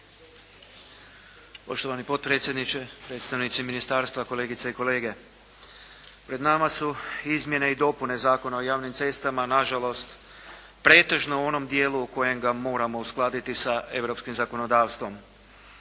Poštovani potpredsjedniče, predstavnici ministarstva, kolegice i kolege. Pred mana su izmjene i dopune Zakona o javnim cestama. Nažalost, pretežno u onom dijelu u kojem ga moramo uskladiti sa europskim zakonodavstvom.